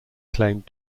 claimed